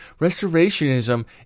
Restorationism